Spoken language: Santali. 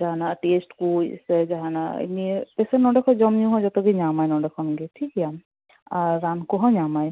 ᱡᱟᱦᱟᱱᱟᱜ ᱴᱮᱥᱴᱠᱚ ᱥᱮ ᱡᱟᱦᱟᱱᱟᱜ ᱯᱮᱥᱮᱱ ᱱᱚᱸᱰᱮ ᱠᱷᱚᱱᱜᱮ ᱡᱚᱢᱼᱧᱩ ᱡᱚᱛᱚᱜᱮᱭ ᱧᱟᱢᱟ ᱱᱚᱸᱰᱮ ᱠᱷᱚᱱ ᱜᱮ ᱴᱷᱤᱠᱜᱮᱭᱟ ᱟᱨ ᱨᱟᱱ ᱠᱚᱦᱚᱸ ᱧᱟᱢᱟᱭ